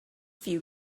few